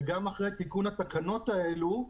וגם אחרי תיקון התקנות האלה,